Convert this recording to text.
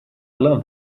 love